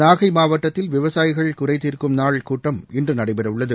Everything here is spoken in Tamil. நாகைமாவட்டத்தில் விவசாயிகள் குறைதீர்க்கும் நாள் கூட்டம் இன்றநடைபெறவுள்ளது